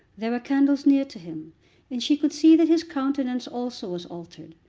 there were candles near to him and she could see that his countenance also was altered.